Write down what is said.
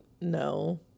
No